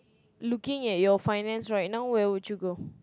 looking at your finance right now where would you go